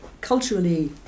culturally